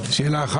איזה מנומס